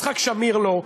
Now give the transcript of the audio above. יצחק שמיר לא,